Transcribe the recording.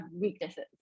weaknesses